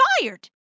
fired